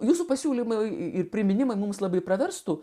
jūsų pasiūlymai ir priminimai mums labai praverstų